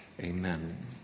Amen